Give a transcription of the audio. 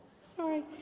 Sorry